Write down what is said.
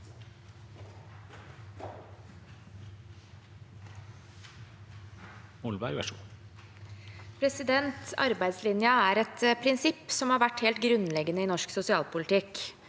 Arbeidslinja er et prinsipp som har vært helt grunnleggende i norsk sosi alpolitikk.